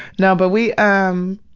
no, but we, um,